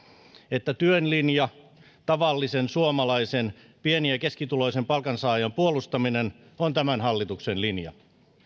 että työn linja tavallisen suomalaisen pieni ja keskituloisen palkansaajan puolustaminen on tämän hallituksen linja